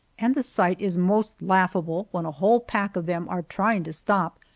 and the sight is most laughable when a whole pack of them are trying to stop,